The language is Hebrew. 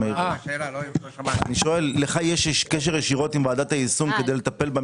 אני שואל: לך יש קשר ישירות עם ועדת היישום כדי לטפל במקרה?